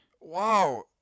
Wow